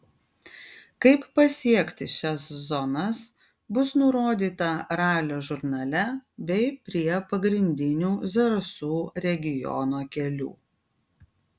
kaip pasiekti šias zonas bus nurodyta ralio žurnale bei prie pagrindinių zarasų regiono kelių